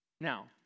Now